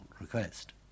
request